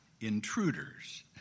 intruders